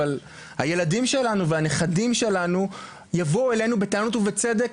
אבל הילדים שלנו והנכדים שלנו יבואו אלינו בטענות ובצדק